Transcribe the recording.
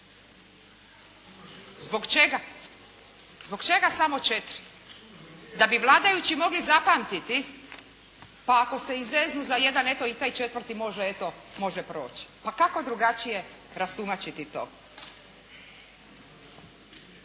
Zbog čega? Zbog čega samo četiri? Da bi vladajući mogli zapamtiti pa ako se i zeznu za jedan eto i taj četvrti može proći. Pa kako drugačije rastumačiti to?